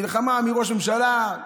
מלחמה מי ראש ממשלה,